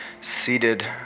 seated